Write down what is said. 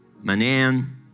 Manan